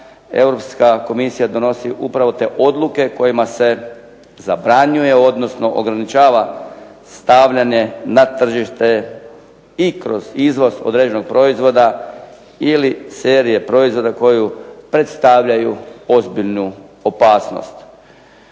Europska komisija donosi upravo te odluke kojima se zabranjuje odnosno ograničava stavljanje na tržište i kroz izvoz određenog proizvoda ili serije proizvoda koje predstavljaju ozbiljnu opasnost.